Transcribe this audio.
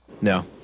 No